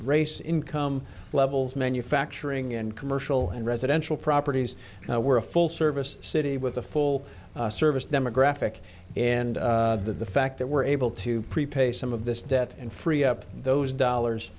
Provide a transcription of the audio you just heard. race income levels manufacturing and commercial and residential properties were a full service city with a full service demographic and the fact that we're able to prepay some of this debt and free up those dollars